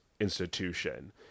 institution